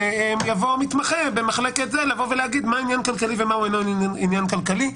יבוא המתמחה במחלקה להגיד מהו עניין כלכלי ומהו לא עניין כלכלי.